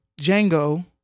Django